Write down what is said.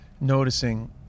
noticing